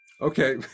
Okay